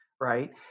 Right